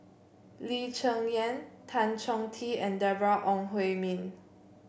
Lee Cheng Yan Tan Chong Tee and Deborah Ong Hui Min